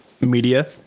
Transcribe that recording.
media